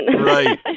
right